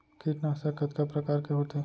कीटनाशक कतका प्रकार के होथे?